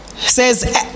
says